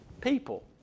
people